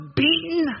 beaten